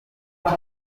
muri